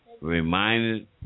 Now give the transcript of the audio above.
Reminded